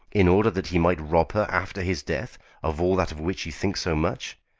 in order that he might rob her after his death of all that of which you think so much?